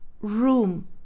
room